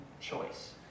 choice